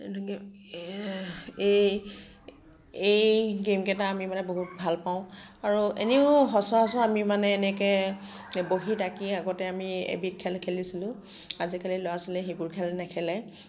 এইটো কি এই এই গে'মকেইটা আমি মানে বহুত ভাল পাওঁ আৰু এনেও সচৰাচৰ আমি মানে এনেকৈ বহি থাকি আগতে আমি এবিধ খেল খেলিছিলোঁ আজিকালিৰ ল'ৰা ছোৱালীয়ে সেইবোৰ খেল নেখেলে